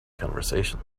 conversation